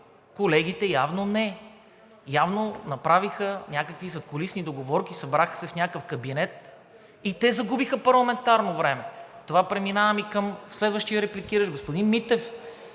колегите явно не. Явно, направиха някакви задкулисни договорки, събраха се в някакъв кабинет и те загубиха парламентарно време. С това преминавам и към следващия репликиращ – господин Митев.